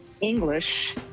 English